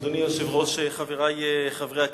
אדוני היושב-ראש, חברי חברי הכנסת,